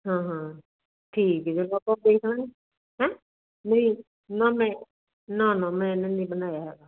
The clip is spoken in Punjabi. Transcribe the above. ਹਾਂ ਹਾਂ ਠੀਕ ਹੈ ਫਿਰ ਆਪਾਂ ਦੇਖ ਲਾਂਗੇ ਹੈ ਨਹੀਂ ਨਾ ਮੈਂ ਨਾ ਨਾ ਮੈਨੇ ਨਹੀਂ ਬਣਾਇਆ ਹੈਗਾ